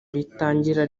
ritangira